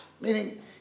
meaning